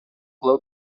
low